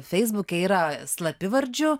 feisbuke yra slapyvardžiu